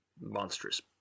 monstrous